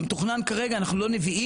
כמתוכנן כרגע; אנחנו לא נביאים